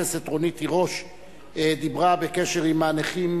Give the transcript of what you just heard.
חברת הכנסת רונית תירוש דיברה בקשר לנכים